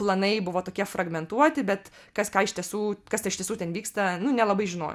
planai buvo tokie fragmentuoti bet kas ką iš tiesų kas te iš tiesų ten vyksta nu nelabai žinojo